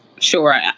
Sure